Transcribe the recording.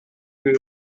que